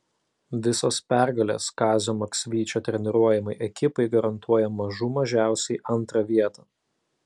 visos pergalės kazio maksvyčio treniruojamai ekipai garantuoja mažų mažiausiai antrą vietą